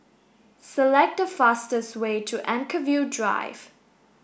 select the fastest way to Anchorvale Drive